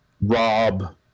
rob